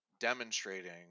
demonstrating